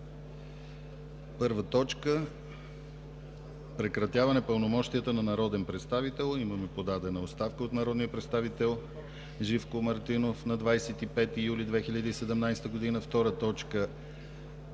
1. Прекратяване пълномощията на народен представител. Имаме подадена оставка от народния представител Живко Мартинов на 25 юли 2017 г.